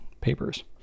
papers